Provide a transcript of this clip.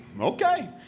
okay